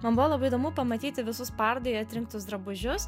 man buvo labai įdomu pamatyti visus parodai atrinktus drabužius